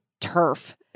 turf